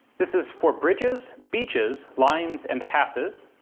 this is for bridges, breaches, lines, and passes.